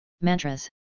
mantras